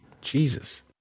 Jesus